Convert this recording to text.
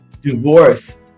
divorce